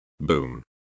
Boom